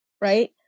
right